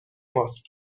ماست